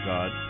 God